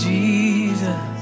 Jesus